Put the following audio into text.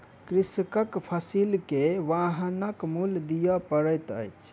कृषकक फसिल के वाहनक मूल्य दिअ पड़ैत अछि